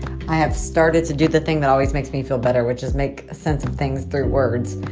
i have started to do the thing that always makes me feel better, which is make sense of things through words.